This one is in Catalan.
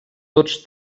tots